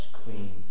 clean